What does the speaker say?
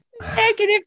Negative